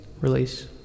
Release